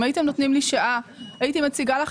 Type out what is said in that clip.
אם הייתם נותנים לי שעה הייתי מציגה את